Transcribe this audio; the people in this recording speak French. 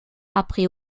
après